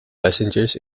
passengers